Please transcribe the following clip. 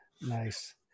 Nice